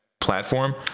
platform